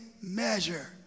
measure